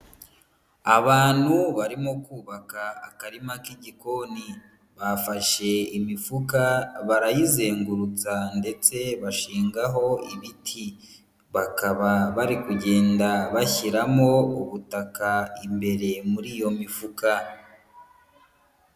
Abantu barimo kubaka akarima k'igikoni. Bafashe imifuka, barayizengurutsa ndetse bashingaho ibiti. Bakaba bari kugenda bashyiramo ubutaka imbere muri iyo mifuka.